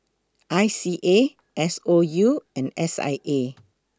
I C A S O U and S I A